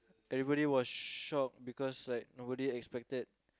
everybody was shocked because like nobody expected